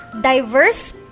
diverse